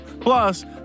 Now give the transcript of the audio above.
Plus